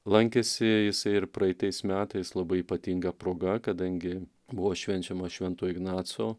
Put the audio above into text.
lankėsi jisai ir praeitais metais labai ypatinga proga kadangi buvo švenčiama švento ignaco